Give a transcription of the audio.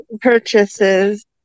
purchases